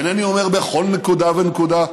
אינני אומר בכל נקודה ונקודה,